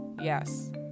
Yes